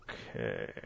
Okay